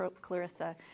Clarissa